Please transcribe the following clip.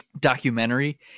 documentary